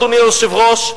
אדוני היושב-ראש,